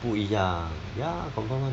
不一样 ya confirm [one]